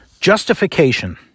Justification